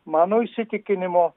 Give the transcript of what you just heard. mano įsitikinimu